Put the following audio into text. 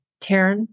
taryn